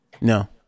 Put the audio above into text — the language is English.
No